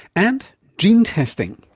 and, gene testing.